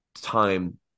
time